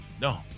no